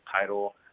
title